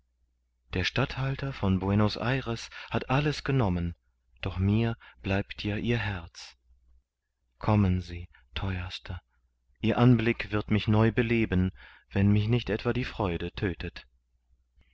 der statthalter von buenos ayres hat alles genommen doch mir bleibt ja ihr herz kommen sie theuerster ihr anblick wird mich neu beleben wenn mich nicht etwa die freude tödtet